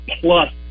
plus